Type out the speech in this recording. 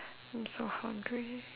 I'm so hungry